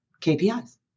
KPIs